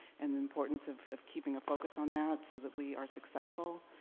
and the importance of of keeping a focus on that so that we are successful.